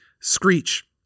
Screech